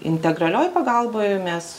integralioj pagalboj mes